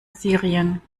syrien